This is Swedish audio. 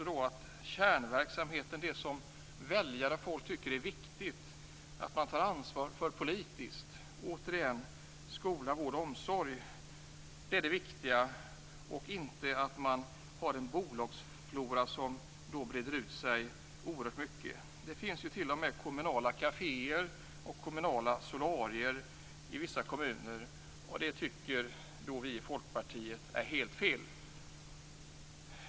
Det som väljare och folk tycker är viktigt är att man tar ansvar för politiskt är kärnverksamheten, dvs. skola, vård och omsorg, inte att man har en bolagsflora som breder ut sig oerhört mycket. Det finns t.o.m. kommunala kaféer och kommunala solarier i vissa kommuner, och det tycker vi i Folkpartiet är helt fel.